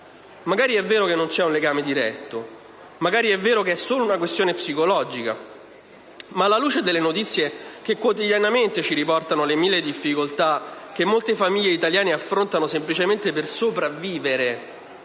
Magari è vero che non c'è un legame diretto, magari è vero che è solo una questione psicologica, ma, alla luce delle notizie che quotidianamente ci riportano le mille difficoltà che molte famiglie italiane affrontano semplicemente per sopravvivere,